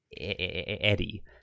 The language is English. Eddie